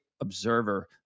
observer